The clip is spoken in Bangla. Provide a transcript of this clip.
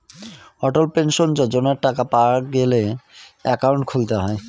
অটল পেনশন যোজনার টাকা পাওয়া গেলে একাউন্ট খুলতে হয়